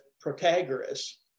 Protagoras